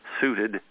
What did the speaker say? suited